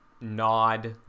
nod